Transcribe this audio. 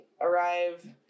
arrive